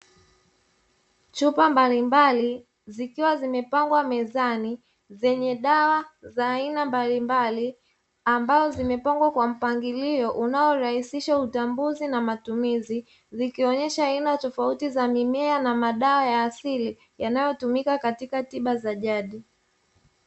Jopo la watu wakiwa na madaftari kisheria ni eneo la darasa linalo tumika katika ngazi ya elimu ya chuo.